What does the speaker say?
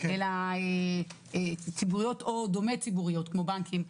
אלא ציבוריות או דומה ציבוריות כמו בנקים,